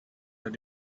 that